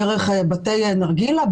דרך בתי נרגילה,